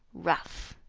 rough.